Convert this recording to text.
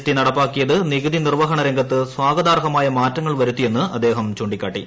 T നടപ്പാക്കിയത് നികുതി നിർവ്വഹണ രംഗത്ത് സ്വാഗതാർഹമായ മാറ്റങ്ങൾ വരുത്തിയെന്ന് അദ്ദേഹം ചൂണ്ടിക്കാട്ടി